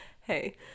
Hey